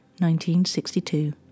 1962